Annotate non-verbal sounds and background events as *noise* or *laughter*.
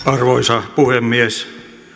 *unintelligible* arvoisa puhemies